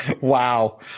Wow